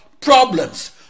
problems